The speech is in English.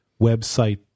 website